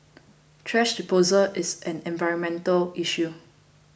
thrash disposal is an environmental issue